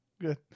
Good